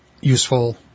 useful